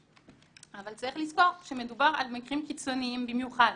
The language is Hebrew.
אבל צריך לזכור שמדובר על מקרים קיצוניים במיוחד.